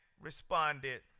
responded